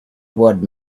would